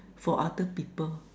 for other people